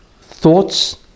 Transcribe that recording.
thoughts